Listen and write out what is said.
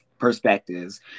perspectives